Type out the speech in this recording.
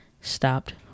stopped